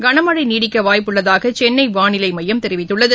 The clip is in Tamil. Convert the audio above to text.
கனமழை நீடிக்க வாய்ப்புள்ளதாக சென்னை வானிலை மையம் தெரிவித்துள்ளது